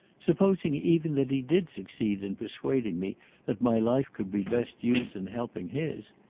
supposing even that he did succeed in persuading me that my life could be best used in helping his,